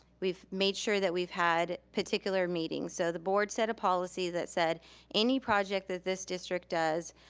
we've made sure that we've had particular meetings. so the board set a policy that said any project that this district does,